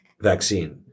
vaccine